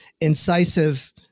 incisive